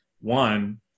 one –